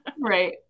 Right